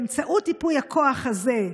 באמצעות ייפוי הכוח הזה,